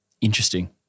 Interesting